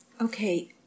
Okay